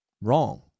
Wrong